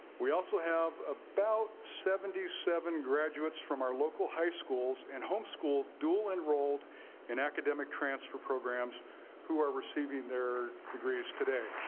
we also have about seventy seven graduates from our local high schools and home schooled dual enrolled in academic transfer programs who are receiving their degrees today.